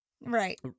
right